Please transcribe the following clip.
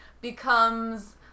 becomes